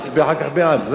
להצביע אחר כך בעד.